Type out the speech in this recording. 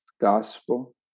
gospel